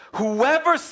whoever